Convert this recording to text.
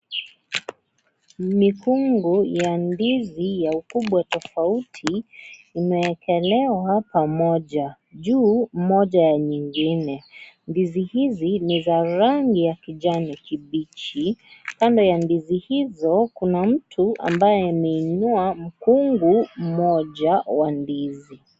Mifungo ya ndizi ya ukubwa tofauti imeekelewa pamoja, juu moja ya nyingine .Ndizi hizi ni za rangi ya kijani kibichi. Kando ya ndizi hizo kuna mtu ambaye ameinua mkungu mmoja wa ndizi.